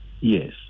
Yes